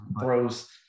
throws